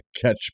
catch